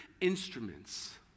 instruments